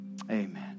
amen